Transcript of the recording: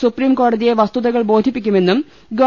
സുപ്രീംകോടതിയെ വസ്തുതകൾ ബോധിപ്പിക്കുമെന്നും ഗവ